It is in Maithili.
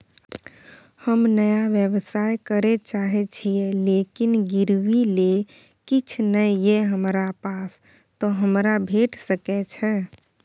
हम नया व्यवसाय करै चाहे छिये लेकिन गिरवी ले किछ नय ये हमरा पास त हमरा भेट सकै छै?